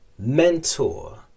mentor